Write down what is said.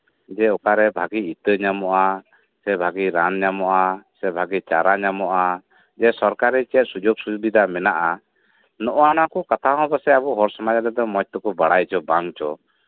ᱡᱮ ᱚᱠᱟᱨᱮ ᱵᱷᱟᱹᱜᱤ ᱤᱛᱟᱹ ᱧᱟᱢᱚᱜᱼᱟ ᱥᱮ ᱵᱷᱟᱹᱜᱤ ᱨᱟᱱ ᱧᱟᱢᱚᱜᱼᱟ ᱥᱮ ᱵᱷᱟᱹᱜᱤ ᱪᱟᱨᱟ ᱧᱟᱢᱚᱜᱼᱟ ᱡᱮ ᱥᱚᱨᱠᱟᱨᱤ ᱪᱮᱫ ᱥᱩᱡᱳᱜ ᱥᱩᱵᱤᱫᱷᱟ ᱢᱮᱱᱟᱜᱼᱟ ᱱᱚᱜ ᱚ ᱱᱚᱶᱟ ᱠᱚ ᱠᱟᱛᱷᱟ ᱦᱚᱸ ᱯᱟᱥᱮᱪ ᱟᱵᱚ ᱦᱚᱲ ᱥᱚᱢᱟᱡ ᱨᱮᱫᱚ ᱢᱚᱸᱡᱽ ᱛᱮᱠᱚ ᱵᱟᱲᱟᱭ ᱪᱚ ᱵᱟᱝ ᱪᱚ